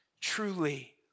truly